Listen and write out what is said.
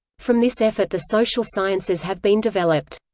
from this effort the social sciences have been developed.